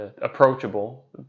approachable